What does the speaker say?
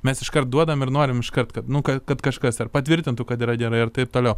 mes iškart duodam ir norim iškart kad nu kad kažkas ar patvirtintų kad yra gerai ir taip toliau